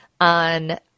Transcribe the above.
on